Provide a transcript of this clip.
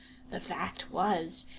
the fact was,